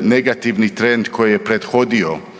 negativni trend koji je prethodio